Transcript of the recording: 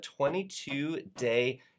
22-day